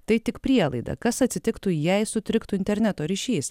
tai tik prielaida kas atsitiktų jei sutriktų interneto ryšys